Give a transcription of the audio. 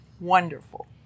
wonderful